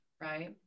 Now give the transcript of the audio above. right